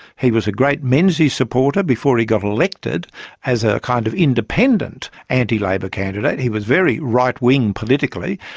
he was a great menzies supporter before he got elected as a kind of independent anti-labor candidate. he was very right-wing politically.